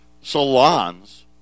salons